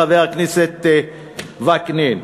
חבר הכנסת וקנין,